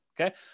Okay